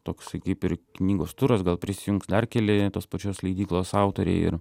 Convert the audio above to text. toksai kaip ir knygos turas gal prisijungs dar keli tos pačios leidyklos autoriai ir